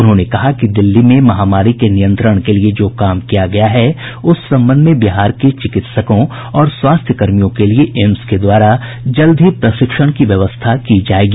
उन्होंने कहा कि दिल्ली में महामारी के नियंत्रण के लिए जो काम किया गया है उस संबंध में बिहार के चिकित्सकों और स्वास्थ्य कर्मियों के लिए एम्स के द्वारा जल्द ही विशेष प्रशिक्षण की व्यवस्था की जायेगी